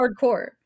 hardcore